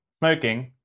smoking